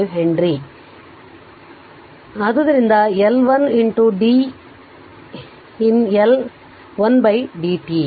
5 henry ನೀಡಲಾಗುತ್ತದೆ ಆದ್ದರಿಂದ L l din 1 dt